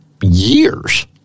years